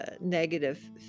negative